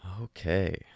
Okay